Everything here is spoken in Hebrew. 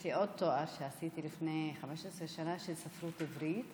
יש לי עוד תואר שעשיתי לפני 15 שנה של ספרות עברית,